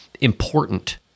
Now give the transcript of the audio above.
important